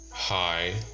hi